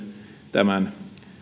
tämän